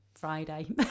friday